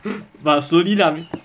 but slowly lah I mean